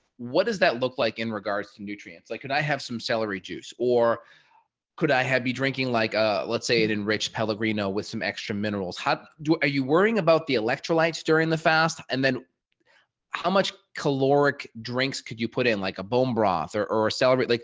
what does that look like in regards to nutrients? like, could i have some celery juice? or could i have been drinking? like, ah let's say it enriched pellegrino with some extra minerals? how do you worrying about the electrolytes during the fast and then how much caloric drinks? could you put in like a bone broth or or celebrate? like,